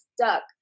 stuck